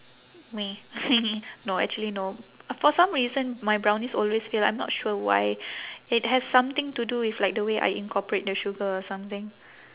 me no actually no for some reason my brownies always fail I'm not sure why it has something to do with like the way I incorporate the sugar or something